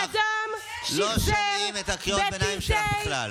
לא שומעים את קריאות הביניים שלך בכלל.